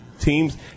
teams